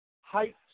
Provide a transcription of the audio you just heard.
height